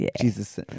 Jesus